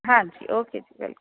ਹਾਂਜੀ ਓਕੇ ਜੀ ਵੈਲਕੱਮ